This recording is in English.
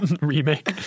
remake